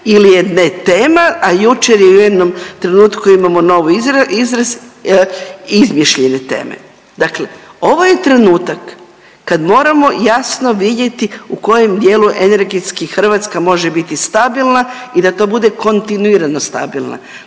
ili je ne tema, a jučer je u jednom trenutku imamo novu izraz izmišljene teme. Dakle, ovo je trenutak kad moramo jasno vidjeti u kojem dijelu energetski Hrvatska može biti stabilna i da to bude kontinuirano stabilna,